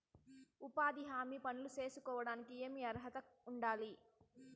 ఉపాధి హామీ పనులు సేసుకోవడానికి ఏమి అర్హత ఉండాలి?